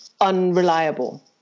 unreliable